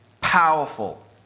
powerful